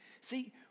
See